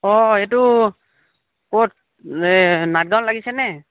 অঁ এইটো ক'ত এই নাটগাঁৱত লাগিছেনে